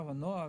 הנוהל,